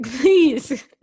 Please